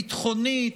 ביטחונית,